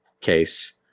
case